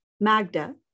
Magda